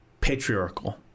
patriarchal